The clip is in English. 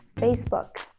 facebook.